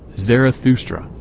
zarathustra,